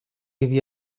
havia